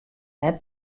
net